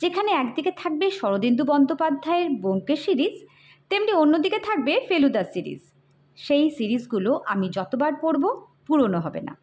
যেখানে একদিকে থাকবে শরদিন্দু বন্দ্যোপাধ্যায় আর বোমকেশ সিরিজ তেমনি অন্যদিকে থাকবে ফেলুদা সিরিজ সেই সিরিজগুলো আমি যতবার পড়ব পুরনো হবে না